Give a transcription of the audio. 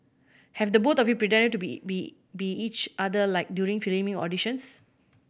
have the both of you pretended to be be be each other like during filming or auditions